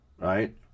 right